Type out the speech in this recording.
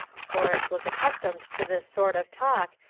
florence was accustomed to this sort of talk,